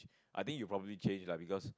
I think you probably change lah because